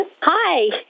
Hi